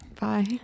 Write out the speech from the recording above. Bye